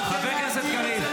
חבר הכנסת קריב.